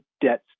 debt